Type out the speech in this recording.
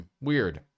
weird